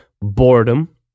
boredom